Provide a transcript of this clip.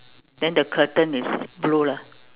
then the curtain is blue lah